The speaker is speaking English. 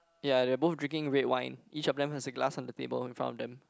ya they both drinking red wine each of them has a glass on the table in front of them